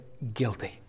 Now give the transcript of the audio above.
Guilty